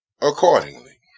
accordingly